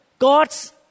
God's